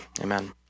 amen